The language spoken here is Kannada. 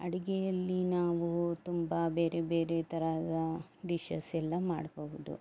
ಅಡಿಗೆಯಲ್ಲಿ ನಾವು ತುಂಬ ಬೇರೆ ಬೇರೆ ಥರದ ಡಿಷಸ್ ಎಲ್ಲ ಮಾಡಬಹುದು